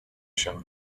się